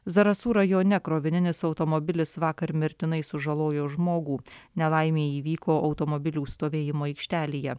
zarasų rajone krovininis automobilis vakar mirtinai sužalojo žmogų nelaimė įvyko automobilių stovėjimo aikštelėje